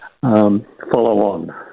follow-on